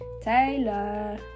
taylor